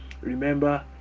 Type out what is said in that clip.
remember